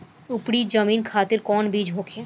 उपरी जमीन खातिर कौन बीज होखे?